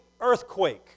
earthquake